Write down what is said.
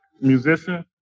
musician